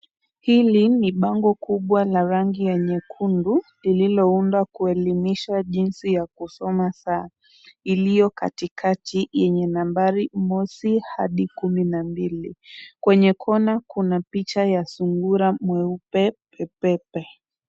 Hili ni bango kubwa la rangi ya nyekundu lililoundwa kuelimisha jinsi ya kusoma saa. Iliyo katikati yenye nambari mosi hadi kumi na mbili. Kwenye kona kuna picha ya sungura mweupe pepepe.